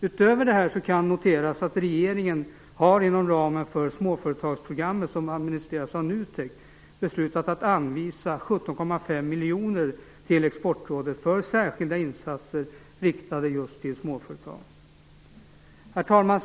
Utöver detta kan noteras att regeringen inom ramen för småföretagsprogrammet, som administreras av NUTEK, har beslutat att anvisa 17,5 miljoner kronor till Exportrådet för särskilda insatser riktade till småföretag. Herr talman!